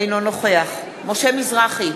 אינו נוכח משה מזרחי,